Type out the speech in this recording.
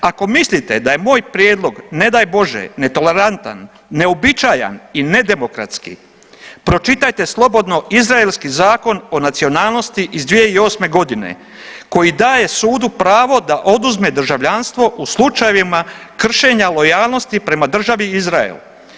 Ako mislite da je moj prijedlog, ne daj Bože, netolerantan, neuobičajan i nedemokratski, pročitajte slobodno izraelski zakon o nacionalnosti iz 2008. g. koji daje sudu pravo da oduzme državljanstvo u slučajevima kršenja lojalnosti prema državi Izrael.